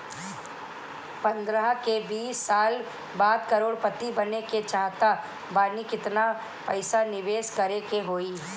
पंद्रह से बीस साल बाद करोड़ पति बने के चाहता बानी केतना पइसा निवेस करे के होई?